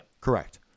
Correct